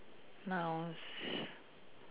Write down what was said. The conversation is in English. nouns